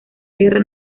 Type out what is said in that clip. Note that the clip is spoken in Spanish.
guerra